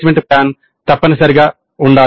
assessment plan తప్పనిసరిగా ఉండాలి